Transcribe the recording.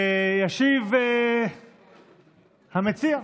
ישיב המציע,